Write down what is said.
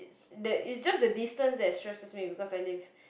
that it's just the distance that stresses me because I live